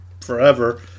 forever